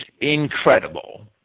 incredible